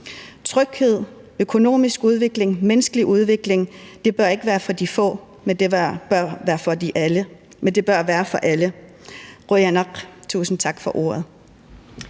Tryghed, økonomisk udvikling, menneskelig udvikling bør ikke være for de få, men bør være for alle. Qujanaq – tusind tak for ordet.